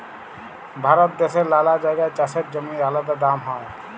ভারত দ্যাশের লালা জাগায় চাষের জমির আলাদা দাম হ্যয়